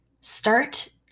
start